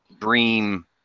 dream